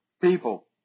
people